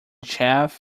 chef